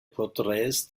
porträts